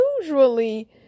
usually